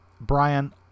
Brian